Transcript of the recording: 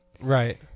right